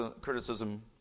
criticism